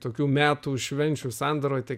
tokių metų švenčių sandaroj tai